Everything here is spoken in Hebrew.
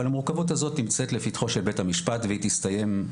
אבל המורכבות הזאת נמצאת בפתחו של בית המשפט והיא תסתיים,